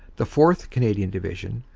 the fourth canadian division,